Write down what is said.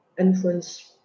influence